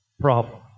problem